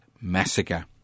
Massacre